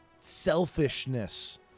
selfishness